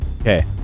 okay